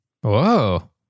Whoa